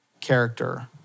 character